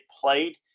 played